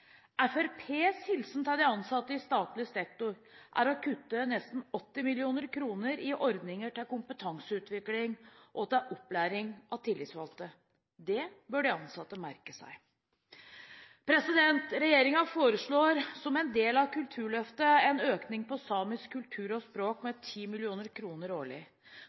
Fremskrittspartiets hilsen til de ansatte i statlig sektor er å kutte nesten 80 mill. kr i ordninger til kompetanseutvikling og til opplæring av tillitsvalgte. Det bør de ansatte merke seg. Regjeringen foreslår som en del av Kulturløftet en økning til samiske kultur- og språktiltak med 10 mill. kr årlig.